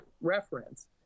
reference